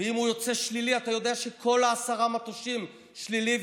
ואם הוא יוצא שלילי אתה יודע שכל עשרת המטושים שליליים,